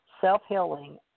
self-healing